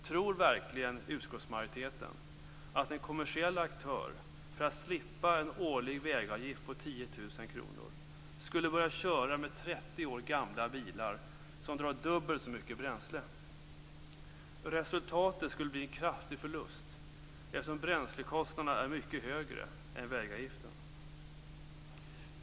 Tror verkligen utskottsmajoriteten att en kommersiell aktör för att slippa en årlig vägavgift på 10 000 kr skulle börja köra med 30 år gamla bilar som drar dubbelt så mycket bränsle? Resultatet skulle bli en kraftig förlust eftersom bränslekostnaderna är mycket högre än vägavgiften.